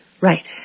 Right